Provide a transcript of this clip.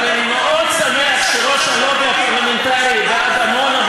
אבל אני מאוד שמח שראש הלובי הפרלמנטרי בעד עמונה,